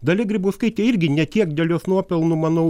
dalia grybauskaitė irgi ne tiek dėl jos nuopelnų manau